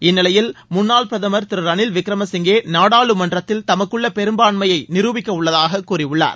இந்நிலையில் முன்னாள் பிரதமர் திரு ரனீல் விக்ரம சிங்கே நாடாளுமன்றத்தில் தமக்குள்ள பெரும்பான்மையை நிரூபிக்க உள்ளதாக கூறியுள்ளார்